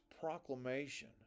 proclamation